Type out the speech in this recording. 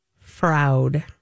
fraud